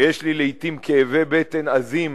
שיש לי לעתים כאבי בטן עזים